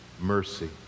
mercy